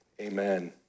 Amen